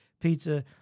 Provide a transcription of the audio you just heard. pizza